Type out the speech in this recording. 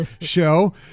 show